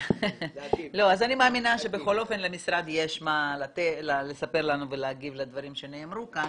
אני מאמינה שבכל אופן יש למשרד מה לספר לנו ולהגיב לדברים שנאמרו כאן.